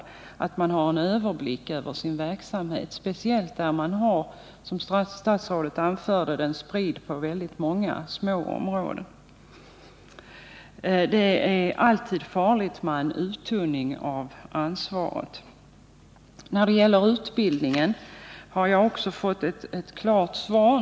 Det är mycket viktigt att det finns en överblick över denna verksamhet, speciellt när den — som statsrådet anförde — är splittrad på många små områden. Det är alltid farligt med en uttunning av ansvaret. När det gäller utbildningen har jag också fått ett klart svar.